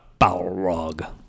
Balrog